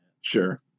Sure